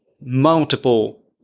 multiple